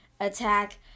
attack